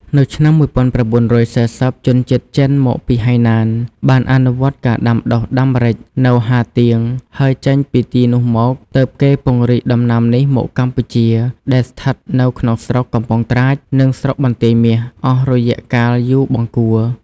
នៅឆ្នាំ១៩៤០ ជនជាតិចិនមកពីហៃណាន បានអនុវត្តការដាំដុះដាំម្រេចនៅ ហាទៀង ហើយចេញពីទីនោះមក ទើបគេពង្រីកដំណាំនេះមកកម្ពុជា ដែលស្ថិតនៅក្នុងស្រុក កំពង់ត្រាច និងស្រុកបន្ទាយមាស អស់រយៈកាលយូរបង្គួរ។